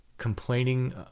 Complaining